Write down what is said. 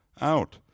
out